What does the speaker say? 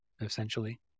essentially